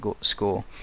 score